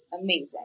amazing